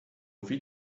ouvi